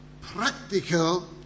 practical